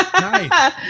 Nice